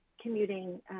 commuting